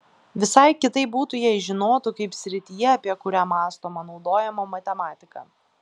visai kitaip būtų jei žinotų kaip srityje apie kurią mąstoma naudojama matematika